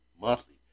monthly